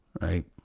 right